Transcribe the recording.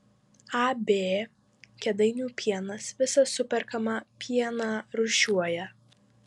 ab kėdainių pienas visą superkamą pieną rūšiuoja